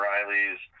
Rileys